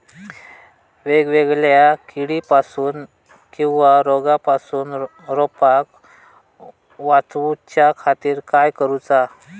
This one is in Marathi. वेगवेगल्या किडीपासून किवा रोगापासून रोपाक वाचउच्या खातीर काय करूचा?